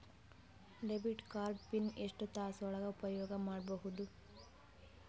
Debit card PIN ಎಷ್ಟ ತಾಸ ಒಳಗ ಉಪಯೋಗ ಮಾಡ್ಬಹುದು?